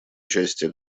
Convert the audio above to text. участия